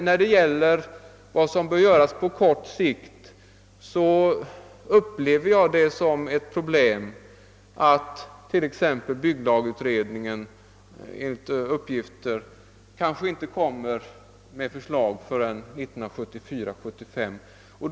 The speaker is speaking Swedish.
När det gäller vad som bör göras på kort sikt upplever jag det som ett problem att t.ex. bygglagutredningen enligt uppgift kanske inte kommer att framlägga förslag förrän 1974—1975.